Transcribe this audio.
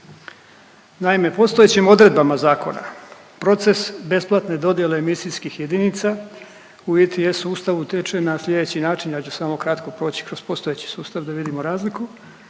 Naime, postojećim odredbama zakona proces besplatne dodjele emisijskih jedinica uvjeti u e-Sustavu teče na sljedeći način, ja ću samo kratko proći kroz postojeći sustav da vidimo razliku,